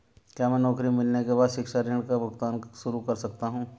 क्या मैं नौकरी मिलने के बाद शिक्षा ऋण का भुगतान शुरू कर सकता हूँ?